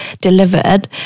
delivered